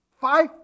five